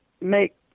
make